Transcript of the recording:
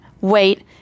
Wait